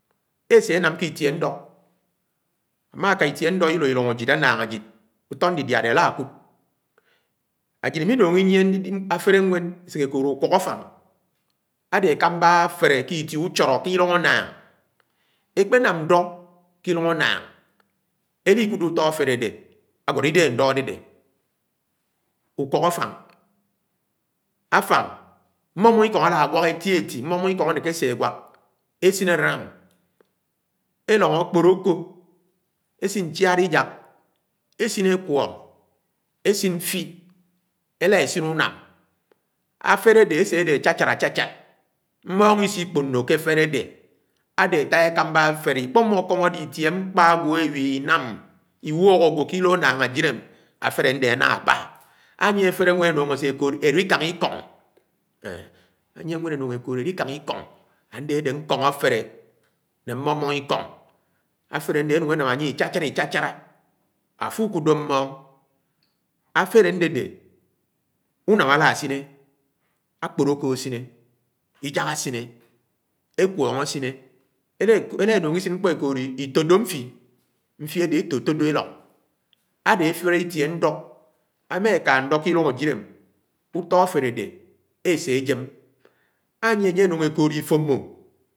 Esé enám ké itie ndọ, ama itie ñdo ilo ilung ajid, ànnáng ajid úto ndidia adé atakud. ajid imé núng inyié afele mfén esé ekóod ùkwọhọ áfáng ade akámbá afélé ke itie uchdọ ke ilúng annáng, ékpé ñdo ke ilúng annáng elikùdé ùto afele adé agwọ idehé ndo adédé ùkwọhọ àfáng mmong-mmong-ikong alá ánwák eti eti esin àlá elong ákporókó esin ñchiád ijak ésin ékwóng esin mfi esin ùnám. Afete adé àsé àdé achachád-acháchád mmòng isi ikpónó ké àfélé adé, ade ata ekámbá afélé ikpómó ikómó itie m̄kpá àgwo ewchi inám iwúok ágwo ke ilo ánnáng ajid afélé adé aná ábá. Anyie afele ñwen enongo esé ekood elikáng ikọng, ade ade ñkong afélé ne mmóng-monóng ikóng afélé ade enúng enam anye ichachala-icha-chala afo ukúdó mmóng afélé adé uném ala sine, ijak asiné àkpórókó asiné ekwọng ela enúng esin ñkpó ekóodó itódó mfi, mfi ade étótódo elóng ade afélé itie ñdo, ama eka ñdo ke ilung ajele utọ afele adé ese ejém